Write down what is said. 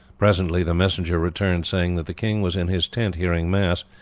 presently the messenger returned saying that the king was in his tent hearing mass,